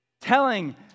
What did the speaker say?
Telling